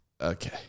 okay